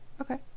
Okay